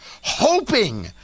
Hoping